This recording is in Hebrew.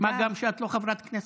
מה גם שאת לא חברת כנסת.